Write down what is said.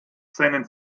seinen